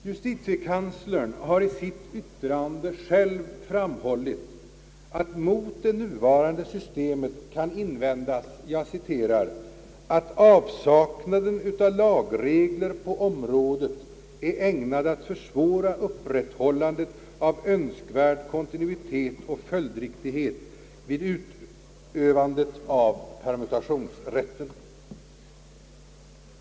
Justitiekanslern har i sitt yttrande framhållit, att mot det nuvarande Systemet kan invändas »att avsaknaden av lagregler på området är ägnad att försvåra uprätthållandet av önskvärd kontinuitet och följdriktighet vid utövandet av permutationsrätten».